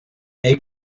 neu